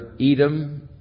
Edom